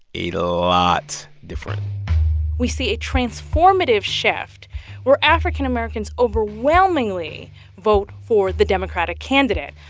a lot different we see a transformative shift where african americans overwhelmingly vote for the democratic candidate.